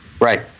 Right